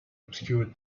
obscure